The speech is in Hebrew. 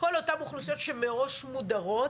כל אותן אוכלוסיות שמראש מודרות.